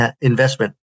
investment